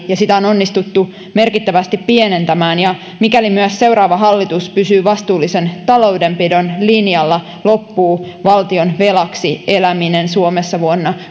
ja sitä on onnistuttu merkittävästi pienentämään ja mikäli myös seuraava hallitus pysyy vastuullisen taloudenpidon linjalla loppuu valtion velaksi eläminen suomessa vuonna